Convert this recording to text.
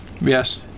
Yes